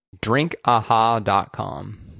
Drinkaha.com